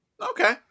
Okay